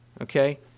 okay